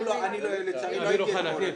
אני לצערי לא הייתי אתמול.